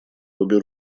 обе